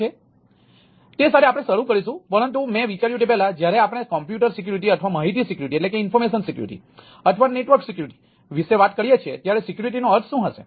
તેથી તે સાથે આપણે શરૂ કરીશું પરંતુ મેં વિચાર્યું તે પહેલાં જ્યારે આપણે કમ્પ્યુટર સિક્યુરિટી શું છે